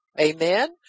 amen